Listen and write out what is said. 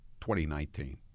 2019